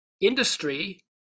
industry